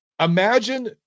Imagine